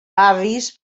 avis